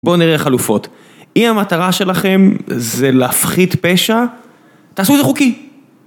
בואו נראה חלופות, אם המטרה שלכם זה להפחית פשע, תעשו את זה חוקי.